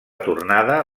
tornada